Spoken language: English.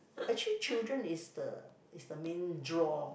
actually children is the is the main draw